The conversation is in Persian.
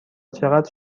چقدر